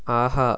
ஆஹா